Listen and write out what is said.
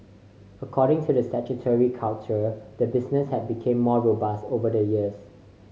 according to the sanctuary curator the business has become more robust over the years